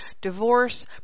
divorce